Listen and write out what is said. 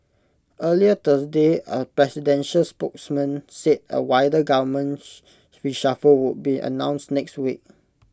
earlier Thursday A presidential spokesman said A wider government reshuffle would be announced next week